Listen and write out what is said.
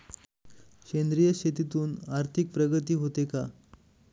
सेंद्रिय शेतीतून आर्थिक प्रगती होते का?